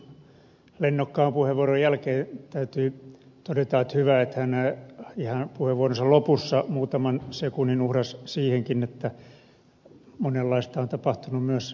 zyskowiczin lennokkaan puheenvuoron jälkeen täytyy todeta että hyvä että hän ihan puheenvuoronsa lopussa muutaman sekunnin uhrasi siihenkin että monenlaista on tapahtunut myös länsirintamalla